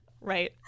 Right